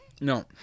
No